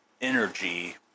energy